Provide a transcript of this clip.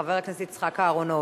חבר הכנסת יצחק אהרונוביץ.